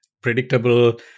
predictable